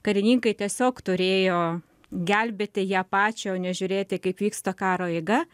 karininkai tiesiog turėjo gelbėti ją pačią o ne žiūrėti kaip vyksta karo eiga